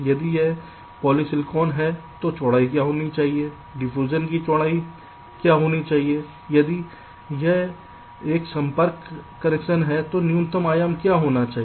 यदि यह पॉलीसिलिकॉन है तो चौड़ाई क्या होनी चाहिए डिफ्यूजन की चौड़ाई क्या होनी चाहिए यदि यह एक संपर्क कनेक्शन है तो न्यूनतम आयाम क्या होना चाहिए